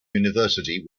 university